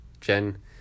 Jen